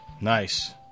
Nice